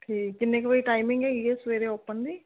ਠੀਕ ਕਿੰਨੇ ਕੁ ਵਜੇ ਟਾਈਮਿੰਗ ਹੈਗੀ ਆ ਸਵੇਰੇ ਓਪਨ ਦੀ